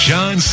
John